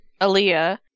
Aaliyah